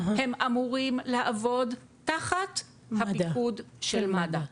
הם אמורים לעבוד תחת הפיקוד של מד"א.